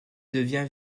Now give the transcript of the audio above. devint